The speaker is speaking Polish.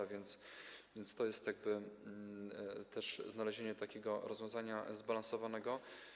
A więc to jest jakby też znalezienie takiego rozwiązania zbalansowanego.